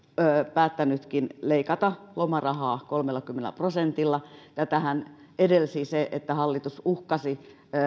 päättänytkin leikata lomarahaa kolmellakymmenellä prosentilla tätähän edelsi se että hallitus uhkasi